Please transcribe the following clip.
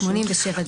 87(ג).